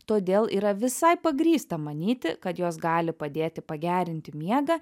todėl yra visai pagrįsta manyti kad jos gali padėti pagerinti miegą